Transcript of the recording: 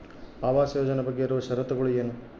ಆವಾಸ್ ಯೋಜನೆ ಬಗ್ಗೆ ಇರುವ ಶರತ್ತುಗಳು ಏನು?